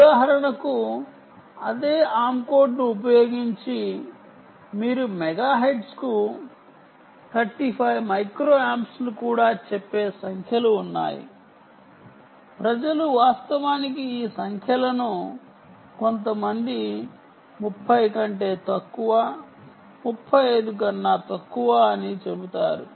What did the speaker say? ఉదాహరణకు అదే ఆర్మ్ కోడ్ను ఉపయోగించి మీకు మెగాహెర్ట్జ్కు 35 మైక్రో ఆంప్స్ను కూడా చెప్పే సంఖ్యలు ఉన్నాయి ప్రజలు వాస్తవానికి ఈ సంఖ్యలను కొంతమంది 30 కంటే తక్కువ 35 కన్నా తక్కువ అని చెబుతారు